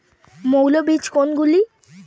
মৌল বীজ কোনগুলি?